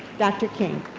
dr. king.